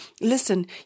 listen